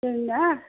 जोंनिया